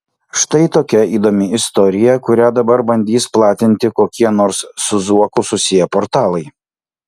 štai tokia įdomi istorija kurią dabar bandys platinti kokie nors su zuoku susiję portalai